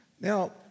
Now